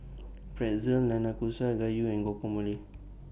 Pretzel Nanakusa Gayu and Guacamole